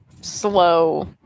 slow